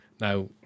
Now